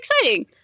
exciting